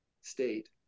state